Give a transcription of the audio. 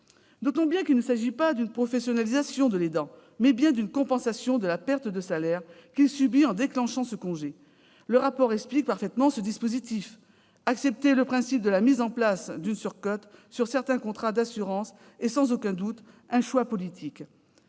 Notons bien qu'il s'agit non pas d'une professionnalisation de l'aidant, mais d'une compensation de la perte de salaire qu'il subit en prenant ce congé. Ce dispositif est parfaitement expliqué dans le rapport. Accepter le principe de la mise en place d'une surcote pour certains contrats d'assurance est sans aucun doute un choix politique.